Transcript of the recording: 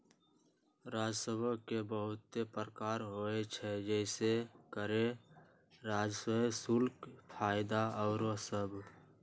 राजस्व के बहुते प्रकार होइ छइ जइसे करें राजस्व, शुल्क, फयदा आउरो सभ